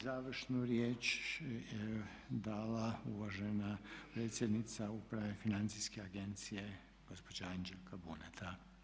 I sada bi završnu riječ dala uvažena predsjednica Uprave Financijske agencije gospođa Anđelka Buneta.